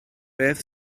beth